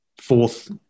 fourth